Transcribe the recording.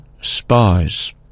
spies